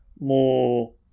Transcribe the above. more